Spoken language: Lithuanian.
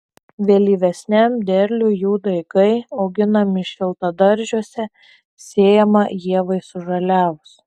vėlyvesniam derliui jų daigai auginami šiltadaržiuose sėjama ievai sužaliavus